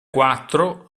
quattro